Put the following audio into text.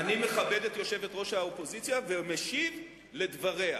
אני מכבד את יושבת-ראש האופוזיציה ומשיב על דבריה,